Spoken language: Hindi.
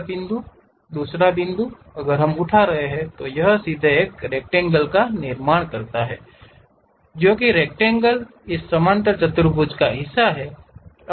पहला बिंदु दूसरा बिंदु अगर हम उठा रहे हैं तो यह सीधे एक रक्टैंगल का निर्माण करता है क्योंकि रक्टैंगल इस समांतर चतुर्भुज का हिस्सा है